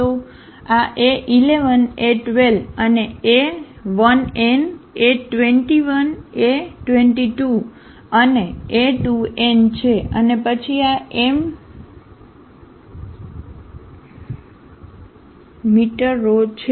તો આ a11 a12 અને a1n a21 a22 અને a2n છે અને પછી આ m th મી રો છે